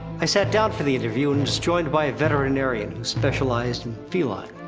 i sat down for the interview and was joined by a veterinarian who specialized in felines.